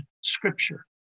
Scripture